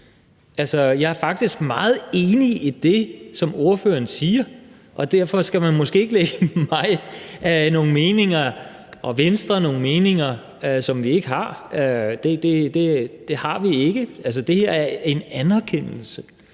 Jeg er faktisk meget enig i det, som ordføreren siger, og derfor skal man måske ikke tillægge mig og Venstre nogle meninger, som vi ikke har. For det har vi ikke. Det her er en anerkendelse;